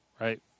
Right